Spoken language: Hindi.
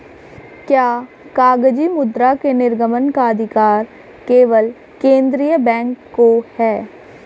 क्या कागजी मुद्रा के निर्गमन का अधिकार केवल केंद्रीय बैंक को है?